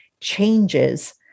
changes